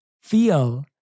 feel